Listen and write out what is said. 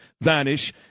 vanish